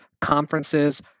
conferences